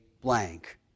Blank